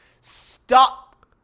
Stop